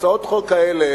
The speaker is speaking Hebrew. הצעות חוק כאלה,